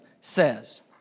says